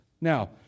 Now